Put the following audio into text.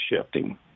shifting